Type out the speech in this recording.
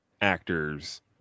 actors